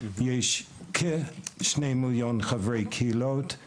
יש כ-2 מיליון חברי קהילות.